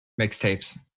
mixtapes